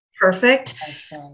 perfect